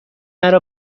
مرا